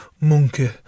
monkey